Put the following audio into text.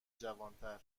جوانتر